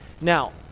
Now